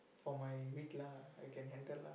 for my week lah I can handle lah